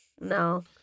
No